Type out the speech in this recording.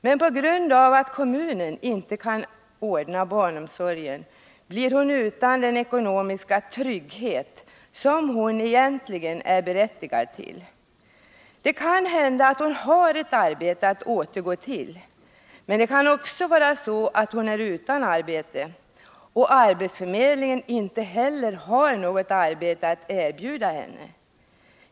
Men på grund av att kommunen inte kan ordna barnomsorgen blir hon utan den ekonomiska trygghet som hon egentligen är berättigad till. Det kan hända att hon har ett arbete att återgå till, men det kan också vara så, att hon är utan arbete och arbetsförmedlingen inte heller har något arbete att erbjuda henne.